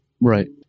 Right